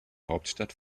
hauptstadt